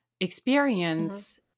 experience